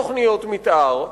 כאשר אין תוכניות מיתאר,